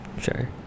sure